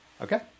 Okay